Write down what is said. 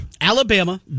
Alabama